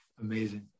amazing